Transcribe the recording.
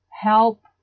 help